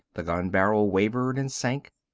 the gun barrel wavered and sank.